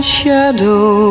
shadow